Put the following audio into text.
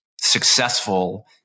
successful